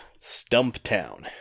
Stumptown